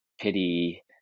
pity